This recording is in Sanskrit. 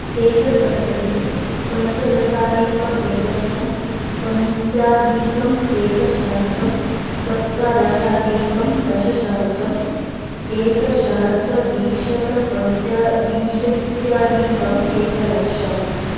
एकसप्ततिः पञ्चदशाधिक एकशतम् पञ्चाधिक एकसहस्रं सप्तदशाधिकं दशसहस्रम् एकसहस्रद्विशत पञ्चविंशत्यधिक एकलक्षम्